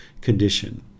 condition